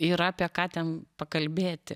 yra apie ką ten pakalbėti